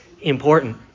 important